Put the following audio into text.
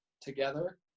together